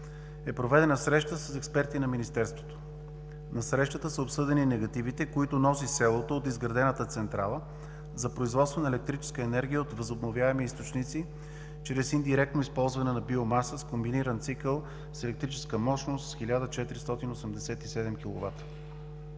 е проведена среща с експерти на Министерството. На срещата са обсъдени негативите, които носи селото от изградената централа за производство на електрическа енергия от възобновяеми източници, чрез индиректно използване на биомаса с комбиниран цикъл с електрическа мощност 1487